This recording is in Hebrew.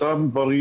אותם דברים.